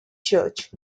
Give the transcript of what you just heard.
church